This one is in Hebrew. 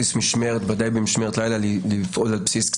על בסיס משמרת,